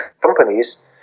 companies